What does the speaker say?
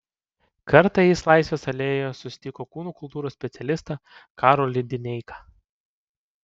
kartą jis laisvės alėjoje susitiko kūno kultūros specialistą karolį dineiką